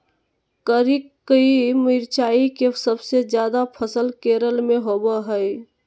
करिककी मिरचाई के सबसे ज्यादा फसल केरल में होबो हइ